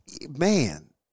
Man